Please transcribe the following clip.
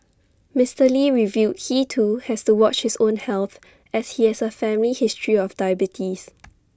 Mister lee revealed he too has to watch his own health as he has A family history of diabetes